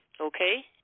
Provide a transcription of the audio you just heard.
Okay